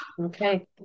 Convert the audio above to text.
Okay